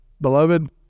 beloved